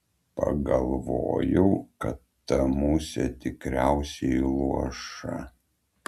pagalvojau kad ta musė tikriausiai luoša